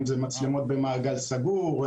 אם זה מצלמות במעגל סגור,